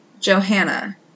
Johanna